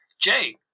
Jay